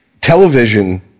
Television